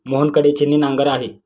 मोहन कडे छिन्नी नांगर आहे